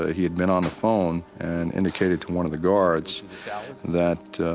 ah he had been on the phone and indicated to one of the guards that